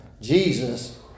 Jesus